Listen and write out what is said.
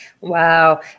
Wow